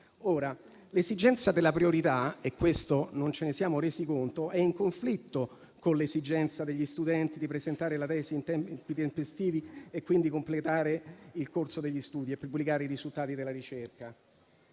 L'esigenza della priorità - e di questo non ci siamo resi conto - è in conflitto con quella degli studenti di presentare la tesi tempestivamente e quindi completare il corso degli studi e pubblicare i risultati della ricerca.